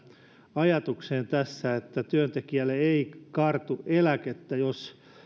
ajatukseen tässä että työntekijälle ei kartu eläkettä jos